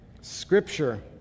Scripture